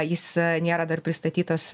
jis nėra dar pristatytas